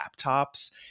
laptops